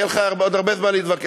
יהיה לך עוד הרבה זמן להתווכח.